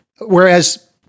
Whereas